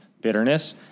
bitterness